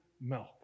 milk